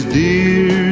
dear